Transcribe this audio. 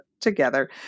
together